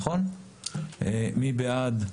מי בעד?